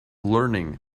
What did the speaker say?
learning